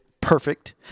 perfect